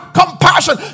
compassion